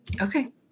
Okay